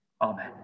Amen